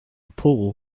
pool